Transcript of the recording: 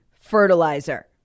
fertilizer